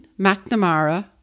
McNamara